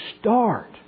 start